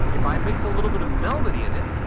if i mix a little bit of melody in it,